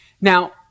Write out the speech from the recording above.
Now